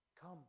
Come